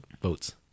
votes